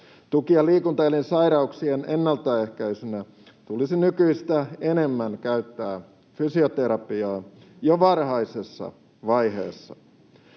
Tuki- ja liikuntaelinsairauksien ennaltaehkäisynä tulisi nykyistä enemmän käyttää fysioterapiaa jo varhaisessa vaiheessa.